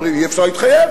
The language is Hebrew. אומרים: אי-אפשר להתחייב,